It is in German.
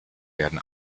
werden